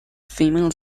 females